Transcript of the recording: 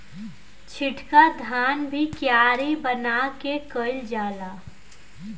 छिटका धान भी कियारी बना के कईल जाला